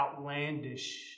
outlandish